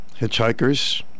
hitchhikers